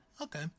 Okay